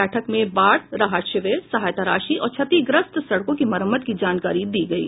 बैठक में बाढ़ राहत शिविर सहायता राशि और क्षतिग्रस्त सड़कों की मरम्मत की जानकारी दी गयी